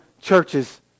churches